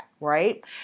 right